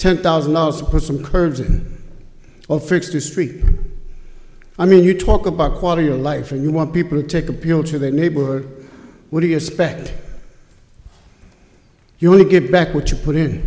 ten thousand dollars a person curves in a fixed history i mean you talk about quality of life and you want people to take appeal to the neighborhood what do you expect you want to get back what you put in